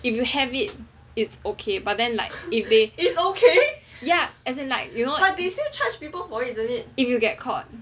if you have it is ok but then like if they ya as in like you know if you get caught